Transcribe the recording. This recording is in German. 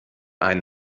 ein